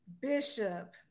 Bishop